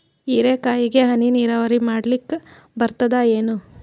ಹೀರೆಕಾಯಿಗೆ ಹನಿ ನೀರಾವರಿ ಮಾಡ್ಲಿಕ್ ಬರ್ತದ ಏನು?